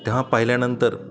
तेव्हा पाहिल्यानंतर